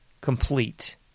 complete